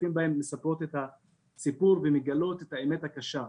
מספרות את הסיפור ומגלות את האמת הקשה.